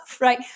right